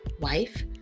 wife